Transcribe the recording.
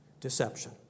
deception